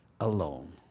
alone